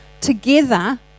together